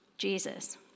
Jesus